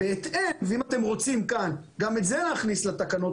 אם אתם רוצים גם את זה להכניס לתקנות,